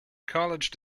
college